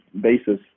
basis